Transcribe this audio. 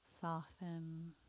Soften